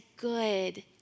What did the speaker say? good